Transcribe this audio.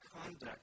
conduct